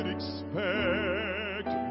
expect